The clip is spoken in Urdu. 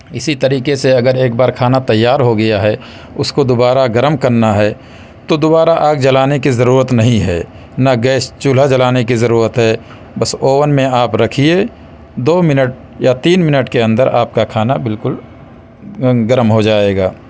اسی طریقے سے اگر ایک بار کھانا تیار ہوگیا ہے اس کو دوبارہ گرم کرنا ہے تو دوبارہ آگ جلانے کی ضرورت نہیں ہے نہ گیس چولہا جلانے کی ضرورت ہے بس اوون میں آپ رکھئے دو منٹ یا تین منٹ کے اندر آپ کا کھانا بالکل گرم ہوجائے گا